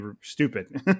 stupid